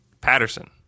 Patterson